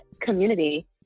community